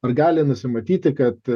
ar gali nusimatyti kad